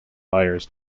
buyers